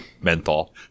menthol